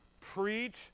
preach